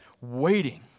waiting